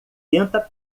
tenta